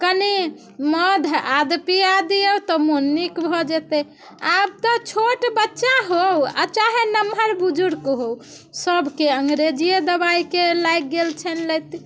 कनि मध आदि पिआ दिऔ तऽ मन नीक भऽ जेतै आब तऽ छोट बच्चा हो चाहे नम्हर बुजुर्ग हो सबके अंग्रेजी दबाइके लागि गेल छनि लत